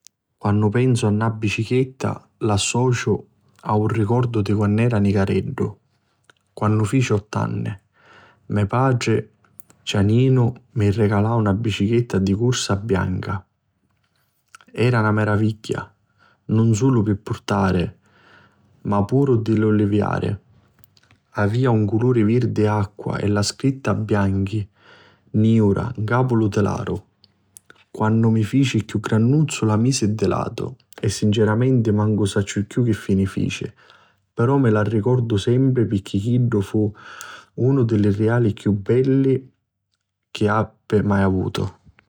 Quannu pensu a na bicichetta l'associu a un ricordu di quann'era nicareddu. Quannu fici ott'anni me patri, cianinu, mi rijalau na bicichetta di cursa Bianchi. Era na maravigghia, nun sulu di purtari ma puru di taliari. Avia un culuri virdi acqua e la scritta "Bianchi" niura 'n capu lu tilaru. Quannu mi fici chiù grannuzzu la misi di latu e sinceramenti mancu sacciu chiù chi fini fici, però mi la ricordu sempri pirchì chiddu fu unu di li rijali chiù beddi chi appi mai avutu.